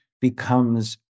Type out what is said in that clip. becomes